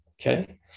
Okay